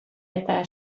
eta